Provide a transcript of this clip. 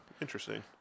interesting